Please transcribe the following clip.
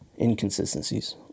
inconsistencies